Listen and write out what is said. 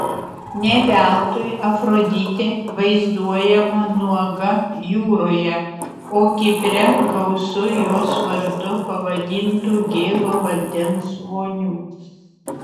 ne veltui afroditė vaizduojama nuoga jūroje o kipre gausu jos vardu pavadintų gėlo vandens vonių